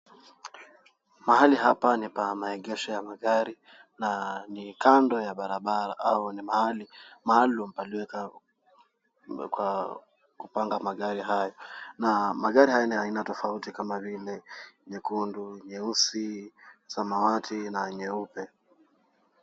Mahali hapa ni pa maegesho ya magari na ni kando ya barabara au ni mahali maalum palipoekwa kupanga magari hayo na magari haya ni aina tofauti kama vile nyekundu, nyeusi, samawati na nyeupe.